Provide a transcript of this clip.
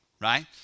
right